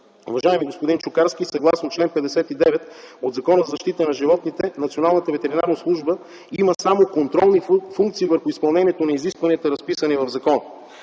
Уважаеми господин Чукарски, съгласно чл. 59 от Закона за защита на животните, Националната ветеринарна служба има само контролни функции върху изпълнението на изискванията, разписани в закона.